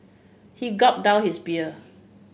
he gulped down his beer